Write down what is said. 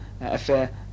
affair